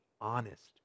honest